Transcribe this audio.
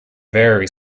vary